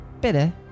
better